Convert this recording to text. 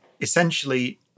essentially